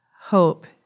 hope